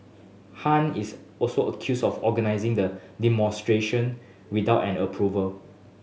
Han is also accused of organising the demonstration without an approval